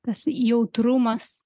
tas jautrumas